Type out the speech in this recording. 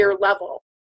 level